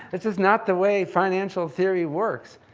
it's just not the way financial theory works.